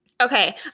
Okay